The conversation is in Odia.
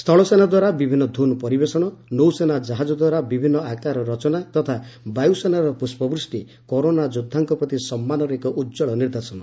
ସ୍ଥଳସେନା ଦ୍ୱାରା ବିଭିନ୍ନ ଧୁନ୍ ପରିବେଷଣ ନୌସେନା କାହାଜ ଦ୍ୱାରା ବିଭିନ୍ନ ଆକାର ରଚନା ତଥା ବାୟୁସେନାର ପୁଷ୍ପବୃଷ୍ଟି କରୋନା ଯୋଦ୍ଧାଙ୍କ ପ୍ରତି ସମର୍ଥନର ଏକ ଉତ୍କଳ ନିଦର୍ଶନ